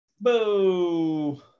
Boo